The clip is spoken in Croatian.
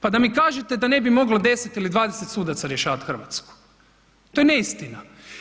Pa da mi kažete da ne bi moglo 10 ili 20 sudaca rješavati Hrvatsku, to je neistina.